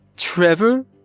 Trevor